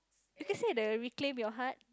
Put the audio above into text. you can say the reclaim your heart